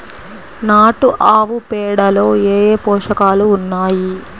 నాటు ఆవుపేడలో ఏ ఏ పోషకాలు ఉన్నాయి?